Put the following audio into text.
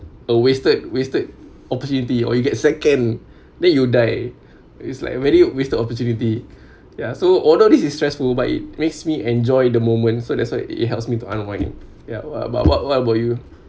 a wasted wasted opportunity or you get second then you die it's like very wasted opportunity ya so although this is stressful but it makes me enjoy the moment so that's what it helps me to unwind yeah what about what what about you